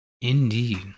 Indeed